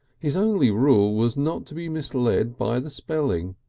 his only rule was not to be misled by the spelling.